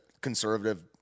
conservative